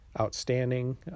outstanding